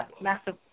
massive